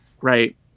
right